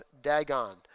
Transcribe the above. Dagon